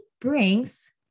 brings